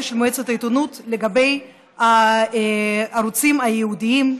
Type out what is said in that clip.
של מועצת העיתונות לגבי הערוצים הייעודיים,